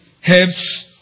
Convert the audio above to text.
helps